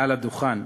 מעל הדוכן.